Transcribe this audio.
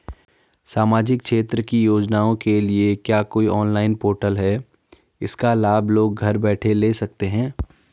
सामाजिक क्षेत्र की योजनाओं के लिए क्या कोई ऑनलाइन पोर्टल है इसका लाभ लोग घर बैठे ले सकते हैं?